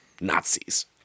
Nazis